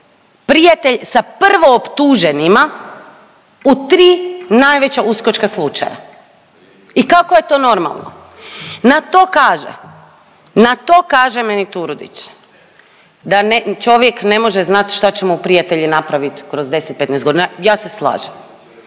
prijatelj sa prvooptuženima u tri najveća uskočka slučaja i kako je to normalno? Na to kaže, na to kaže meni Turudić da čovjek ne može znat šta će mu prijatelji napravit kroz 10-15.g., ja se slažem.